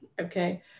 Okay